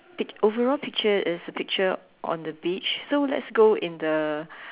pic~ overall picture is a picture on the beach so let's go in the